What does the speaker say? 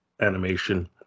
animation